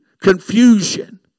confusion